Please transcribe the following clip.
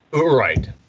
Right